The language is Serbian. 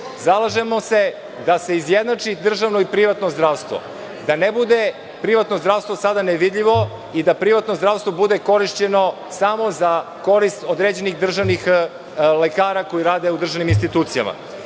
Zalažemo se da se izjednači privatno i državno zdravstvo, da ne bude privatno zdravstvo sada nevidljivo i da privatno zdravstvo bude korišćeno samo za korist određenih državnih lekara koji rade u državnim institucijama. Ono